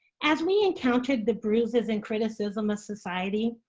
as we encountered the bruises and criticism of society,